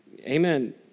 Amen